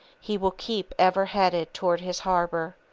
he will keep ever headed toward his harbor.